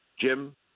Jim